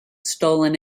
stolen